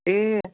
ए